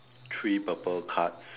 three purple cards